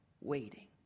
waiting